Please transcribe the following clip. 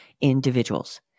individuals